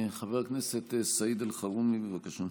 חבר הכנסת סעיד אלחרומי, בבקשה.